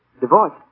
Divorce